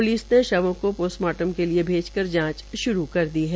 police ने शवो ं को पोस्टमार्टम के लिये भैजकर जांच श्रू कर दी है